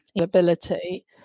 ability